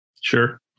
Sure